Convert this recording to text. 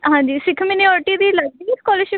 ਹਾਂਜੀ ਸਿੱਖ ਮਨਿਓਰਿਟੀ ਦੀ ਲੱਗਦੀ ਹੈ ਸਕੋਲਰਸ਼ਿਪ